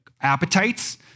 appetites